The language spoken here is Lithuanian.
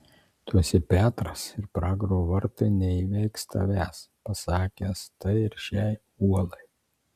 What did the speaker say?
tu esi petras ir pragaro vartai neįveiks tavęs pasakęs tai ir šiai uolai